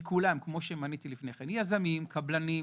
מכולם, כמו שמניתי קודם: יזמים, קבלנים,